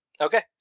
Okay